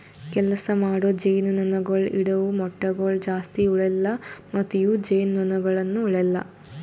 ಕೆಲಸ ಮಾಡೋ ಜೇನುನೊಣಗೊಳ್ ಇಡವು ಮೊಟ್ಟಗೊಳ್ ಜಾಸ್ತಿ ಉಳೆಲ್ಲ ಮತ್ತ ಇವು ಜೇನುನೊಣಗೊಳನು ಉಳೆಲ್ಲ